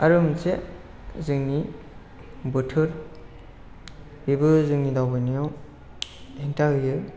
आरो मोनसे जोंनि बोथोर बेबो जोंनि दावबायनायाव हेंथा होयो